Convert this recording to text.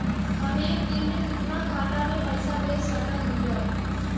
हम एक दिन में कितना खाता में पैसा भेज सक हिय?